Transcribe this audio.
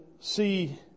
see